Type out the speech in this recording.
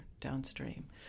downstream